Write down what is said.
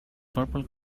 purple